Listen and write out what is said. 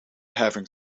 having